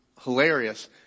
hilarious